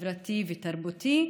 חברתי ותרבותי,